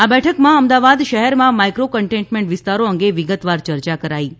આ બેઠકમાં અમદાવાદ શહેરમાં માઇક્રો કન્ટેઇન્મેન્ટ વિસ્તારો અંગે વિગતવાર ચર્ચા કરાઇ હતી